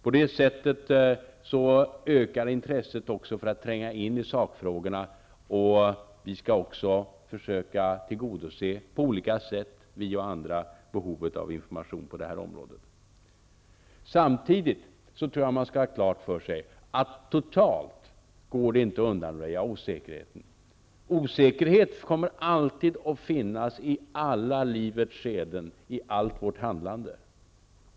På det sättet ökar intresset också för att tränga in i sakfrågorna. Vi och andra skall också på olika sätt försöka tillgodose behovet av information på det här området. Samtidigt tror jag att man skall ha klart för sig att det inte går att totalt undanröja osäkerheten. Osäkerhet kommer alltid att finnas i alla livets skeden och i allt vårt handlande.